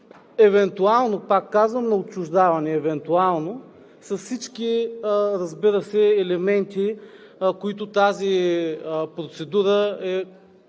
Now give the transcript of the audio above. евентуално, пак казвам, на отчуждаване, евентуално, с всички, разбира се, елементи, които тази процедура е